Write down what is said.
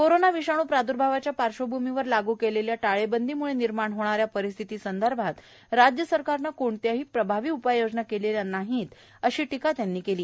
corona विषाणू प्राद्र्भावाच्या पार्श्वभूमीवर लागू केलेल्या टाळेबंदीम्ळे निर्माण होणाऱ्या परिस्थितीसंदर्भात राज्य सरकारनं कोणत्याही प्रभावी उपाययोजना केलेल्या नाहीत अशी टीका फडणवीस यांनी केली